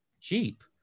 cheap